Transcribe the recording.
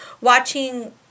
watching